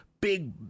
big